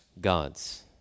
gods